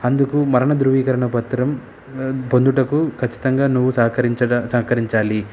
అందుకు మరణ ధృవీకరణ పత్రం పొందుటకు ఖచ్చితంగా నువ్వు సహకరించడా సహకరించాలి